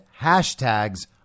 hashtags